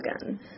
again